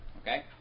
Okay